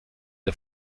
der